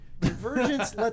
Convergence